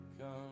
come